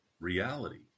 reality